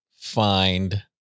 find